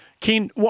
Ken